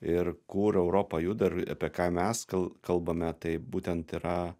ir kur europa juda ir apie ką mes kal kalbame tai būtent yra